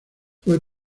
fue